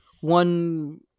one